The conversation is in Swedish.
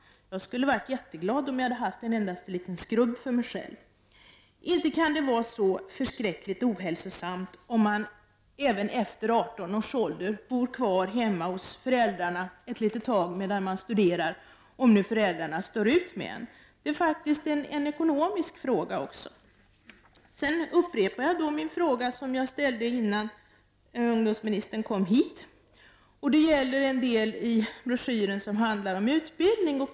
Jag skulle ha varit jätteglad om jag hade haft en endaste liten skrubb för mig själv. Inte kan det vara så förskräckligt ohälsosamt om man även efter 18 års ålder bor kvar hemma hos föräldrarna ett litet tag medan man studerar, om nu föräldrarna står ut med en. Det är faktiskt en ekonomisk fråga också. Jag ställde en fråga innan ungdomsministern kom hit. Den gällde den del i broschyren som handlar om utbildning.